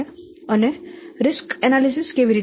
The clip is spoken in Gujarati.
અને જોખમો નું મૂલ્યાંકન કેવી રીતે થાય છે